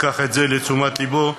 ייקח את זה לתשומת לבו,